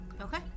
Okay